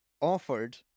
offered